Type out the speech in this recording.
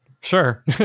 Sure